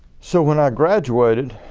so when i graduated,